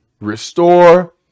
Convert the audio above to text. restore